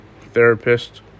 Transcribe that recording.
therapist